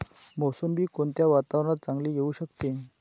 मोसंबी कोणत्या वातावरणात चांगली येऊ शकते?